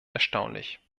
erstaunlich